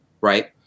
right